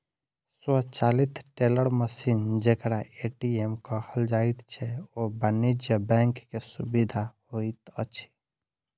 स्वचालित teller machine जेकरा ATM कहल जाइत छै, ओ वाणिज्य बैंक के सुविधा होइत अछि